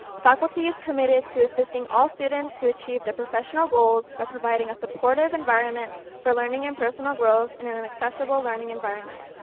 faculty is committed to assisting all students to achieve the professional goals by providing a supportive environment for learning and personal growth in an an accessible learning environment.